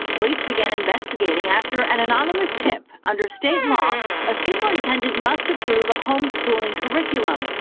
police began investigating after an anonymous tip. under state law a superintendent must approve a homeschooling curriculum.